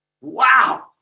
Wow